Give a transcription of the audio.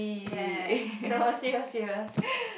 ya ya ya no serious serious